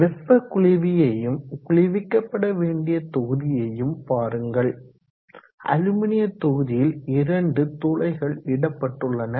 வெப்ப குளிர்வியையும் குளிர்விக்கப்பட வேண்டிய தொகுதியையும் பாருங்கள் அலுமினிய தொகுதியில் இரண்டு துளைகள் இடப்பட்டுள்ளன